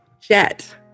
jet